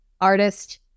artist